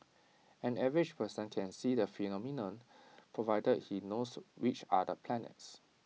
an average person can see the phenomenon provided he knows which are the planets